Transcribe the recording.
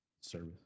Service